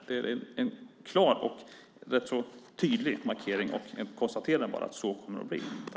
Det är en klar och rätt tydlig markering, och jag konstaterar bara att så kommer det att bli.